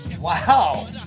Wow